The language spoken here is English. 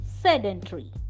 sedentary